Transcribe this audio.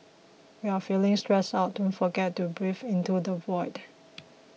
when you are feeling stressed out don't forget to breathe into the void